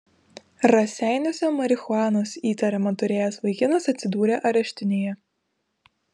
raseiniuose marihuanos įtariama turėjęs vaikinas atsidūrė areštinėje